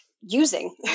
using